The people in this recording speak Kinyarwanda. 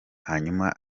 hanyuma